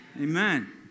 Amen